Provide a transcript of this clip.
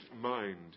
mind